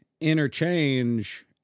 interchange